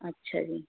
ਅੱਛਾ ਜੀ